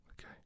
Okay